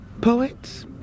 poets